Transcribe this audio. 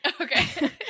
Okay